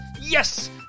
Yes